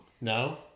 No